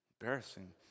Embarrassing